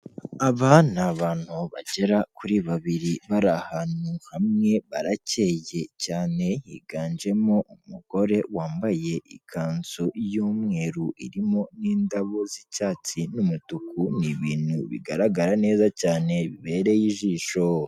Aba ni abantu bagera kuri babiri, bari ahantu hamwe, barakeye cyane, higanjemo umugore wambaye ikanzu y'umweru irimo n'indabo z'icyatsi n'umutuku, ni ibintu bigaragara neza cyane bibereye ijisho.